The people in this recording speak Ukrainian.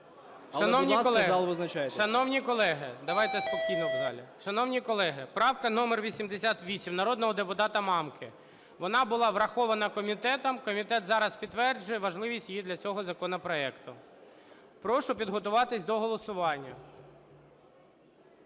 Шановні колеги, правка номер 88 народного депутата Мамки, вона була врахована комітетом, комітет зараз підтверджує важливість її для цього законопроекту. Прошу підготуватись до голосування.